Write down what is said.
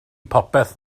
popeth